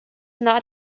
not